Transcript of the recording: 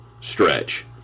stretch